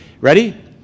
Ready